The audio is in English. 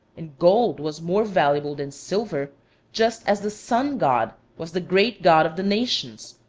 and gold was more valuable than silver just as the sun-god was the great god of the nations,